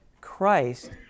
Christ